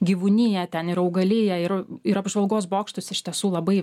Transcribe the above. gyvūniją ten ir augaliją ir ir apžvalgos bokštus iš tiesų labai